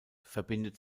verbindet